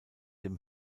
dem